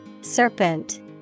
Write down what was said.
Serpent